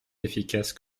efficace